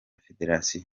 federasiyo